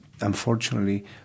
unfortunately